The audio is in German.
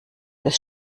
des